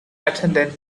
attendant